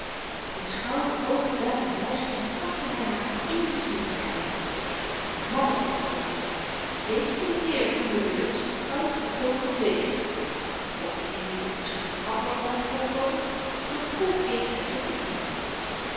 met schouder oog duim en wysvinger trachtte hy haar in de ziel te grypen mannelyk alzoo deklineer uwe nu eens uitgetogen degen juffrouw of indien u dit misschien gemakkelyker mocht voorkomen beproef eens het te verbuigen